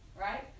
right